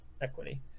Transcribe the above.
equity